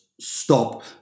stop